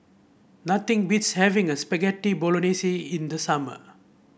nothing beats having a Spaghetti Bolognese in the summer